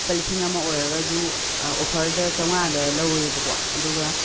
ꯂꯨꯄꯥ ꯂꯤꯁꯤꯡ ꯑꯃ ꯑꯣꯏꯔꯒꯁꯨ ꯑꯣꯐꯔꯗ ꯆꯥꯝꯃꯉꯥꯗ ꯂꯧꯔꯦꯕꯀꯣ ꯑꯗꯨꯒ